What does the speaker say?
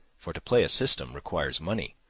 for to play a system requires money,